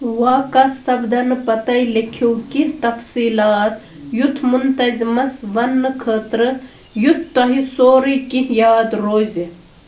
واقعہ سپدَنہٕ پَتَے لیٚکھِو کیٚنٛہہ تفصیٖلات یُتھ مُنتَظمَس ونٛنہٕ خٲطرٕ یُتھ تۄہہِ سورُے کیٚنٛہہ یاد روزِ